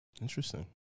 Interesting